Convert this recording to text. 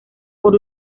por